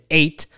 eight